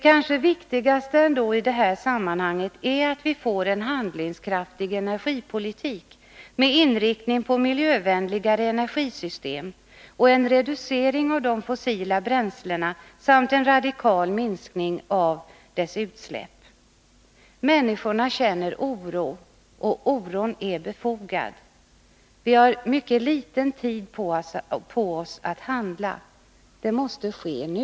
Det viktigaste i det här sammanhanget är kanske ändå att vi får en handlingskraftig energipolitik med inriktning på miljövänligare energisystem, en reducering av de fossila bränslena samt en radikal minskning av utsläppen. Människorna känner oro, och den oron är befogad. Vi har mycket liten tid på oss att handla. Det måste ske nu!